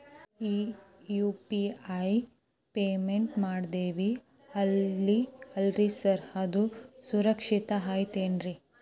ಈ UPI payment ಮಾಡ್ತೇವಿ ಅಲ್ರಿ ಸಾರ್ ಅದು ಸುರಕ್ಷಿತ್ ಐತ್ ಏನ್ರಿ?